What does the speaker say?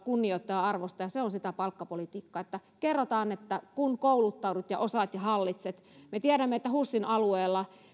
kunnioittaa ja arvostaa ja se on sitä palkkapolitiikkaa että kerrotaan että kunhan kouluttaudut ja osaat ja hallitset me tiedämme että husin alueella